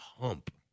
hump